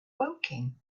woking